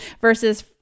versus